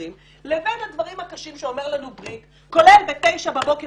לבין הדברים הקשים שאומר לנו בריק כולל ב 09:00 בבוקר